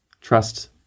trust